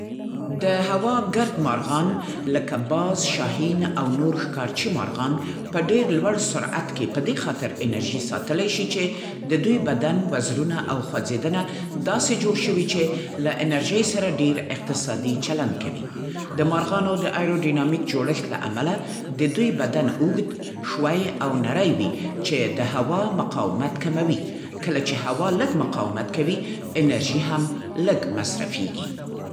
د هوا ګرد مارغان لکه باز، شاهین او نور ښکارچی مارغان په ډېر لوړ سرعت کې په دې خاطر انرژي ساتلی شي چې د دوی بدن، وزرونه، او خوځېدنه داسې جوړ شوي چې له انرژۍ سره ډېر اقتصادي چلند کوي. د مارغانو د ایروډینامیک جوړښت له امله د دوی بدن اوږد، ښوی او نری وي، چې د هوا مقاومت کموي. کله چې هوا لږ مقاومت کوي، انرژي هم لږ مصرفېږي.